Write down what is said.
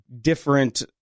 different